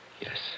Yes